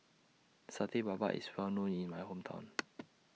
Satay Babat IS Well known in My Hometown